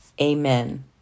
Amen